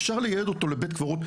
אפשר לייעד אותו לבית קברות.